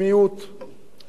שיש בהן דרך ארץ